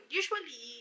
usually